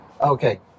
okay